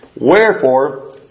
wherefore